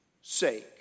sake